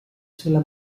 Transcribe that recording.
sulla